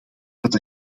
dat